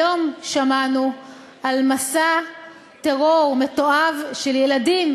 היום שמענו על מסע טרור מתועב של ילדים,